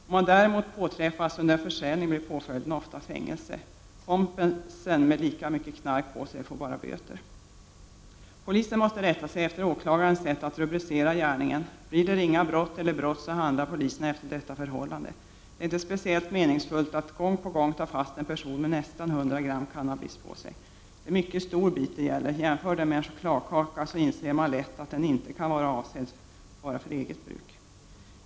Om man däremot påträffas under försäljning, blir påföljden ofta fängelse. Kompisen med lika mycket knark på sig får bara böter. Polisen måste rätta sig efter åklagarens sätt att rubricera gärningen. Blir det ringa brott eller brott, handlar poliserna därefter. Det är inte speciellt meningsfullt att gång på gång ta fast en person med nästan 100 gram cannabis på sig. Det är en mycket stor bit det gäller. Om man jämför med en chokladkaka, inser man lätt att den inte kan vara avsedd enbart för eget bruk.